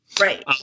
Right